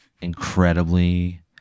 incredibly